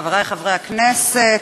חברי חברי הכנסת,